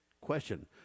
question